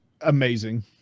amazing